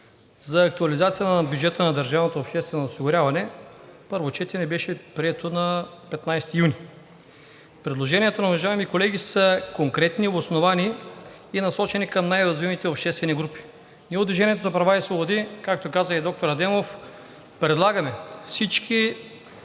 за актуализацията на бюджета на държавното обществено осигуряване. Първо четене беше прието на 15 юни. Предложенията ни, уважаеми колеги, са конкретни, обосновани и насочени към най-уязвимите обществени групи. Ние от „Движение за права и свободи“, както каза и доктор Адемов, предлагаме всички